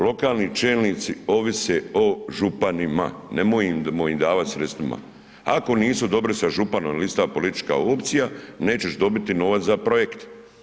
Lokalni čelnici ovise o županima, nemojmo im davati sredstvima, ako nisu dobri sa županom ili ista politička opcija nećeš dobiti novac za projekte.